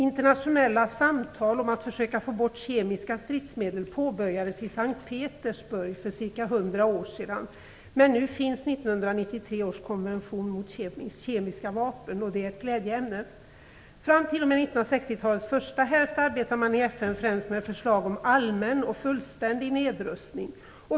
Internationella samtal om att försöka att få bort kemiska stridsmedel påbörjades i S:t Petersburg för ca 100 år sedan. Nu finns 1993 års konvention mot kemiska vapen, och det är glädjande. Fram t.o.m. 1960-talets första hälft arbetade man i FN främst med förslag om allmän och fullständig nedrustning.